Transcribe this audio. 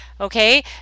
okay